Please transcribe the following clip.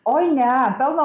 oi ne pelno